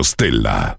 Stella